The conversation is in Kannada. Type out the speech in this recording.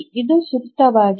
ಇದು ಸೂಕ್ತವಾಗಿದೆ